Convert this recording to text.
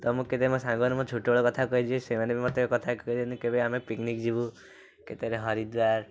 ତ ମୁଁ କେତେ ମୋ ସାଙ୍ଗମାନଙ୍କୁ ଛୋଟବେଳ କଥା କହିଛି ସେମାନେ ବି ମୋତେ କଥା କହିଛନ୍ତି କେବେ ଆମେ ପିକ୍ନିକ୍ ଯିବୁ କେତେବେଳେ ହରିଦ୍ୱାର